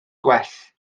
gwell